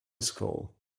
school